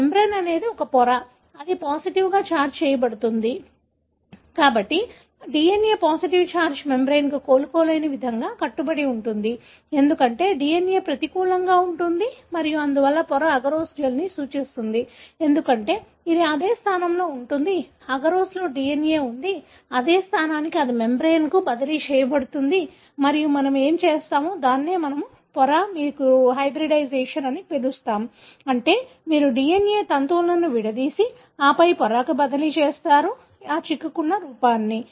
ఈ మెమ్బ్రేన్ అనేది ఒక పొర అది పాజిటివ్గా ఛార్జ్ చేయబడుతుంది కాబట్టి DNA పాజిటివ్ చార్జ్డ్ మెమ్బ్రేన్కు కోలుకోలేని విధంగా కట్టుబడి ఉంటుంది ఎందుకంటే DNA ప్రతికూలంగా ఉంటుంది మరియు అందువల్ల పొర అగరోస్ జెల్ని సూచిస్తుంది ఎందుకంటే ఇది అదే స్థానంలో ఉంటుంది అగరోస్లో DNA ఉంది అదే స్థానానికి అది మెమ్బ్రేన్కు బదిలీ చేయబడుతుంది మరియు మనము ఏమి చేస్తామో దానినే మనము పొర మీరు హైబ్రిడైజేషన్ అని పిలుస్తాము అంటే మీరు DNA తంతువులను విడదీసి ఆపై పొరకు బదిలీ చేస్తారు చిక్కుకున్న రూపం